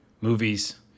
movies